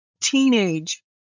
teenage